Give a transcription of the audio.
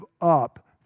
up